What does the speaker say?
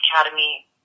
Academy